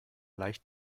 leicht